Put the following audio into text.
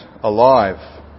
alive